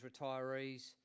retirees